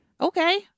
Okay